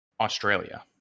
Australia